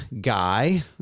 guy